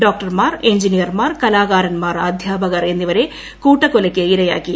ഡോക്ടർമാർ എൻജിനീയർമാർ കലാകാരന്മാർ അധ്യാപകർ എന്നിവരെ കൂട്ടക്കൊലക്കിരയാക്കി